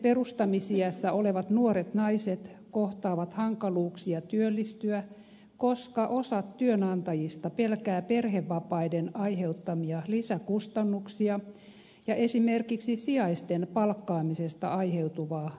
perheenperustamisiässä olevat nuoret naiset kohtaavat hankaluuksia työllistyä koska osa työnantajista pelkää perhevapaiden aiheuttamia lisäkustannuksia ja esimerkiksi sijaisten palkkaamisesta aiheutuvaa lisätyötä